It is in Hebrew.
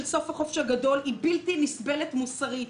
סוף החופש הגדול היא בלתי נסבלת מוסרית,